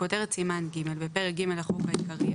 2. בכותרת סימן ג' בפרק ג' לחוק העיקרי,